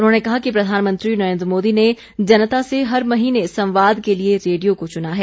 उन्होंने कहा कि प्रधानमंत्री नरेन्द्र मोदी ने जनता से हर महीने संवाद के लिए रेडियो को चुना है